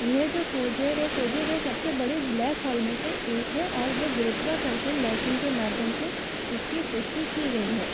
यह जो खोज है वह खोजे गए सब से बड़े ब्लैकहोल में से एक है और वो गुरुत्वाकर्षण लैसिंग के माध्यम से इसकी पुष्टि की गई हैं